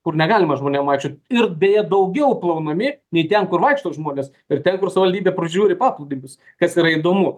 kur negalima žmonėm vaikščiot ir beje daugiau plaunami nei ten kur vaikšto žmonės ir ten kur savivaldybė prižiūri paplūdimius kas yra įdomu